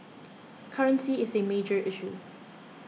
currency is a major issue